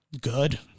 Good